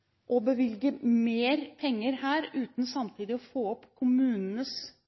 å bevilge mer penger her – uten samtidig å få opp kommunenes